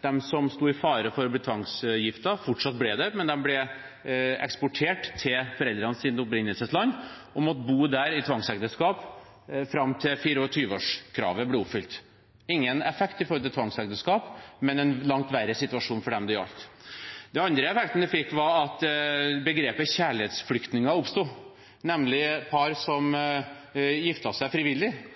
de som sto i fare for å bli tvangsgiftet, fortsatt ble det, men de ble eksportert til foreldrenes opprinnelsesland og måtte bo der i tvangsekteskap fram til 24-årskravet ble oppfylt – ingen effekt når det gjaldt tvangsekteskap, men en langt verre situasjon for dem det gjaldt. Den andre effekten det fikk, var at begrepet «kjærlighetsflyktninger» oppsto, nemlig par som giftet seg frivillig,